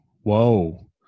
whoa